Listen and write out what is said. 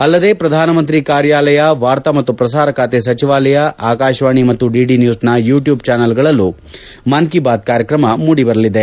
ಅಲ್ಲದೇ ಪ್ರಧಾನಮಂತ್ರಿ ಕಾರ್ಯಾಲಯ ವಾರ್ತಾ ಮತ್ತು ಪ್ರಸಾರ ಖಾತೆ ಸಚಿವಾಲಯ ಆಕಾಶವಾಣಿ ಮತ್ತು ಡಿಡಿ ನ್ಲೂಸ್ನ ಯುಟ್ಲೂಬ್ ಚಾನಲ್ಗಳಲ್ಲೂ ಮನ್ ಕೀ ಬಾತ್ ಕಾರ್ಯಕ್ರಮ ಮೂಡಿಬರಲಿದೆ